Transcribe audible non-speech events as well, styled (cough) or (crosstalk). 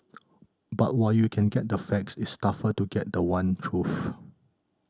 (noise) but while you can get the facts it's tougher to get the one truth